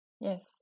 Yes